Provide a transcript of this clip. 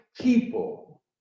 people